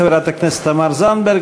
חברת הכנסת תמר זנדברג,